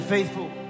Faithful